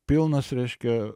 pilnas reiškia